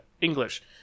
English